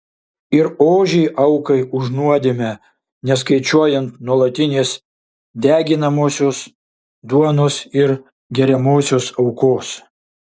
ir ožį aukai už nuodėmę neskaičiuojant nuolatinės deginamosios duonos ir geriamosios aukos